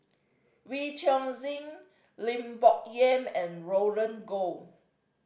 Wee Chong Jin Lim Bo Yam and Roland Goh